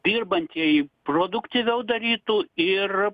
dirbantieji produktyviau darytų ir